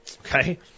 Okay